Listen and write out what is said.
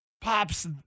Pops